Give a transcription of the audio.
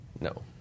No